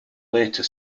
later